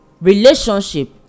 relationship